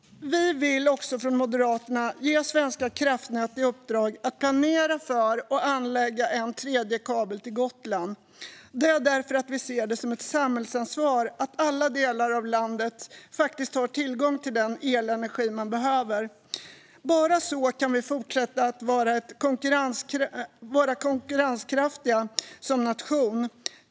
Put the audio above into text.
Vi vill också från Moderaterna ge Svenska kraftnät i uppdrag att planera för och anlägga en tredje kabel till Gotland - detta därför att vi ser det som ett samhällsansvar att alla delar av landet faktiskt har tillgång till den elenergi man behöver. Bara så kan vi fortsätta att vara konkurrenskraftiga som nation.